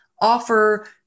offer